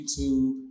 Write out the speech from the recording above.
YouTube